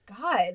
God